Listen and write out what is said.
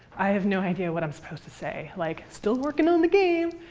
i have no idea what i'm supposed to say. like, still working on the game.